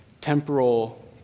temporal